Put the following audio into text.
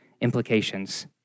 implications